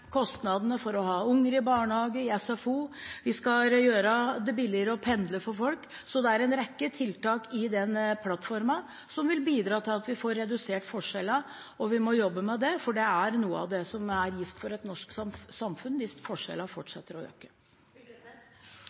SFO, og vi skal gjøre det billigere for folk å pendle. Så det er en rekke tiltak i den plattformen som vil bidra til at vi får redusert forskjellene. Og vi må jobbe med det, for det er gift for et samfunn hvis forskjellene fortsetter å øke.